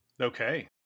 Okay